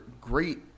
great